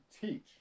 teach